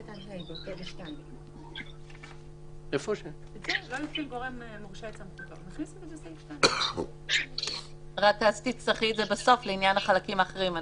"לא יפעיל גורם מורשה" נכניס את זה בסעיף 2. הרי אז תצטרכי את זה בסוף לעניין החלקים האחרים.